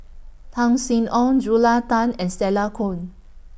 Tan Sin Aun Julia Tan and Stella Kon